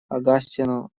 огастину